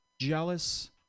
jealous